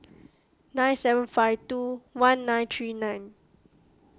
nine seven five two one nine three nine